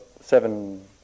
seven